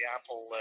Apple